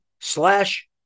slash